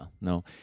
no